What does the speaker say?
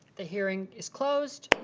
the hearing is closed.